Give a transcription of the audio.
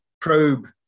probe